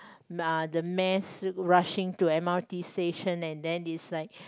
nah the mass rushing to m_r_t station and then is like